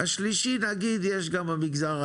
השלישי נגיד יש גם במגזר העירוני,